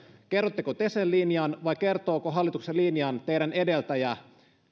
kerrotteko te sen linjan vai kertooko hallituksen linjan teidän edeltäjänne